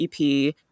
EP